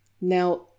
Now